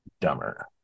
dumber